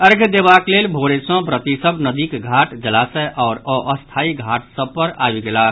अर्घ्य देबाक लेल भोरे सऽ व्रती सभ नदीक घाट जलाशय आओर अस्थायी घाट सभ पर आबि गेलाह